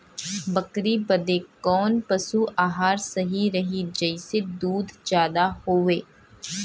बकरी बदे कवन पशु आहार सही रही जेसे दूध ज्यादा होवे?